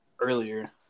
earlier